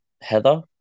Heather